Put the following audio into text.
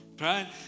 right